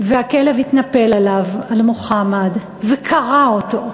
והכלב התנפל עליו, על מוחמד, וקרע אותו,